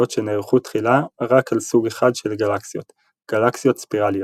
שנערכו תחילה רק על סוג אחד של גלקסיות - גלקסיות ספירליות.